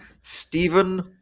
Stephen